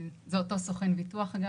זה אותו סוכן ביטוח.